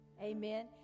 amen